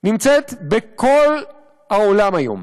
נמצאת בכל העולם היום.